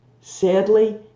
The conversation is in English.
Sadly